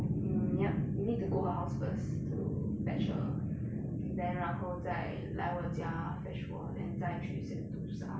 mm yup need to go her house first to fetch her then 然后再来我家 fetch 我 then 再去 sentosa